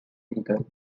vehicle